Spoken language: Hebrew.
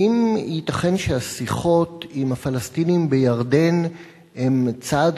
האם ייתכן שהשיחות עם הפלסטינים בירדן הן צעד